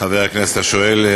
חבר הכנסת השואל,